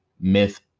myth